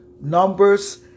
Numbers